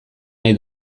nahi